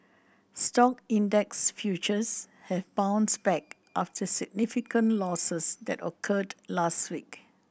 stock index futures have bounced back after significant losses that occurred last week